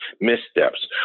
missteps